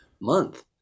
month